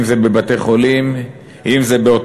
אם בבתי-חולים,